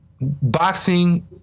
boxing